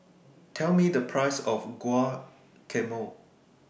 Tell Me The Price of Guacamole